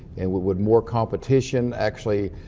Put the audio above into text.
and would would more competition actually